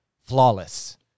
flawless